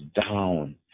down